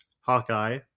Hawkeye